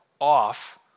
off